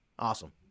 awesome